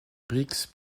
brix